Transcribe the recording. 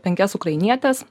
penkias ukrainietes